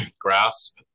grasp